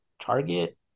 Target